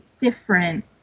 different